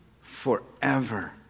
forever